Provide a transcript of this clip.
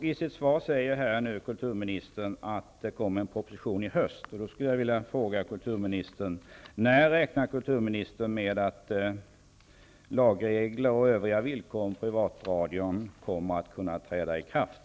I sitt svar säger kulturministern att en proposition kommer att läggas fram i höst. Jag skulle då vilja ställa en fråga till kulturministern: När räknar kulturministern med att lagregler och övriga villkor för privatradion kommer att kunna träda i kraft?